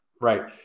right